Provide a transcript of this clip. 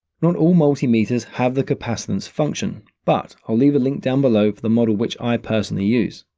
not all multimeters have the capacitance function, but i'll leave a link down below for the model which i personally use.